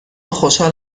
خوشحال